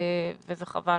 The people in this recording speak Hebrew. וזה חבל.